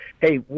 hey